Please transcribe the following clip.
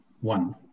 one